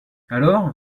alors